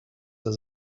does